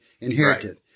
inherited